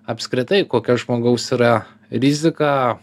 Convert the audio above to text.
apskritai kokia žmogaus yra rizika